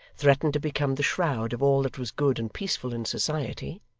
threatened to become the shroud of all that was good and peaceful in society,